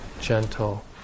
gentle